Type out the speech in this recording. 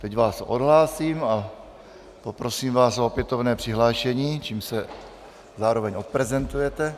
Teď vás odhlásím a poprosím vás o opětovné přihlášení, čímž se zároveň odprezentujete.